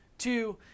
Two